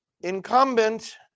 Incumbent